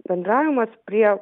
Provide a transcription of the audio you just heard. bendravimas prie